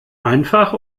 einfach